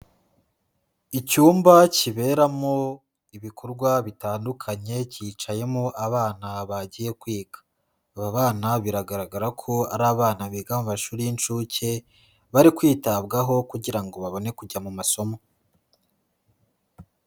Icyumba kiberamo ibikorwa bitandukanye kicayemo abana bagiye kwiga, aba bana biragaragara ko ari abana biga mu mashuri y'inshuke bari kwitabwaho kugira ngo babone kujya mu masomo.